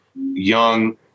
Young